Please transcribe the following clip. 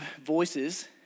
voices